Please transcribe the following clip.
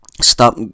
Stop